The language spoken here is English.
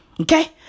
okay